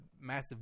massive